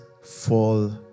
fall